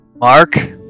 Mark